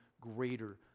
greater